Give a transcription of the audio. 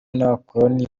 n’abakoloni